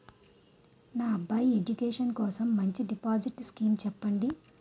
నా అబ్బాయి ఎడ్యుకేషన్ కోసం మంచి డిపాజిట్ స్కీం చెప్పండి